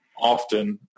often